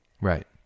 Right